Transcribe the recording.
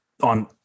on